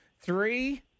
Three